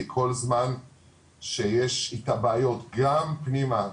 כל זמן שיש איתה בעיות גם פנימה,